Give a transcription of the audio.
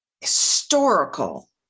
historical